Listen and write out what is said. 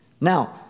Now